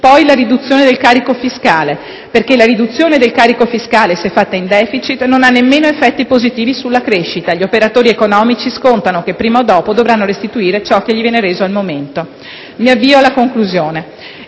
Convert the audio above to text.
poi la riduzione del carico fiscale, anche perché la riduzione del carico fiscale, se fatta in *deficit*, non ha nemmeno effetti positivi sulla crescita. Gli operatori economici scontano infatti il fatto che prima o poi dovranno restituire ciò che viene reso loro al momento. Mi avvio alla conclusione,